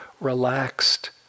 relaxed